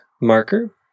marker